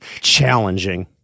Challenging